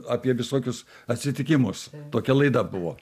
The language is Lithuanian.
apie visokius atsitikimus tokia laida buvo